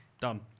Done